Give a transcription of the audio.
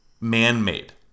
man-made